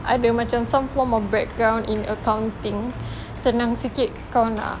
ada macam some form of background in accounting senang sikit kau nak